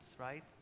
right